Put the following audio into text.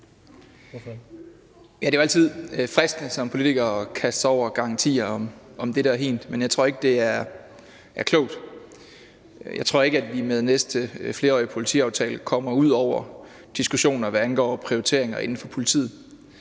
Det er jo altid fristende som politiker at kaste sig over garantier om dette og hint, men jeg tror ikke, det er klogt. Jeg tror ikke, vi med næste flerårige politiaftale kommer ud over diskussioner, hvad angår prioriteringer inden for politiet,